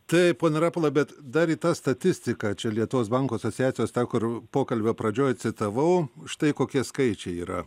taip pone rapolai bet dar į tą statistiką čia lietuvos bankų asociacijos tą kur pokalbio pradžioj citavau štai kokie skaičiai yra